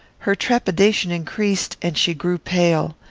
her trepidation increased, and she grew pale.